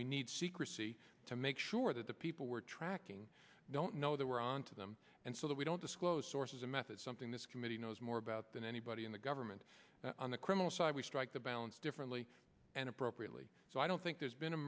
we need secrecy to make sure that the people we're tracking don't know that we're on to them and so that we don't disclose sources and methods something this committee knows more about than anybody in the government on the criminal side we strike the balance differently and appropriately so i don't think there's been a